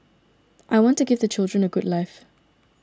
I want to give the children a good life